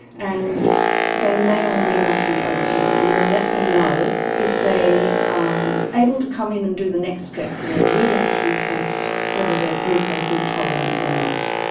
and they may or may not be eligible. and we'll let them know if they are able to come in and do the next step where we actually test whether they are glucose intolerant or not.